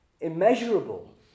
immeasurable